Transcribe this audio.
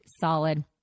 solid